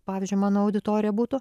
pavyzdžiui mano auditorija būtų